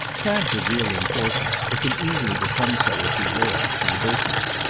chad's of real importance or can easily become so if he will to the business.